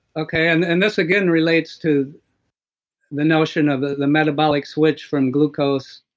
okay. and and this again, relates to the notion of the the metabolic switch from glucose,